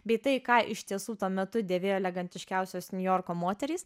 bei tai ką iš tiesų tuo metu dėvėjo elegantiškiausios niujorko moterys